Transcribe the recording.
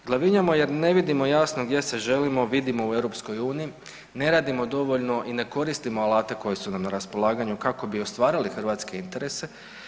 Glavinjamo jer ne vidimo jasno gdje se želimo, vidimo u EU, ne radimo dovoljno i ne koristimo alate koji su nam na raspolaganju kako bi ostvarili hrvatske interese.